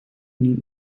niet